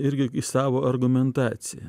irgi į savo argumentaciją